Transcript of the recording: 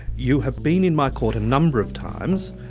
you have been in my court a number of times.